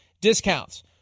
discounts